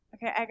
Okay